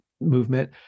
movement